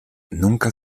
nunca